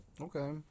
okay